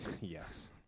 Yes